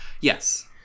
Yes